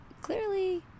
clearly